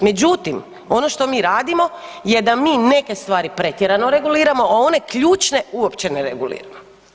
Međutim, ono što mi radimo je da mi neke stvari pretjerano reguliramo, a one ključne uopće ne reguliramo.